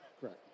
Correct